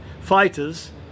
fighters